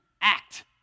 act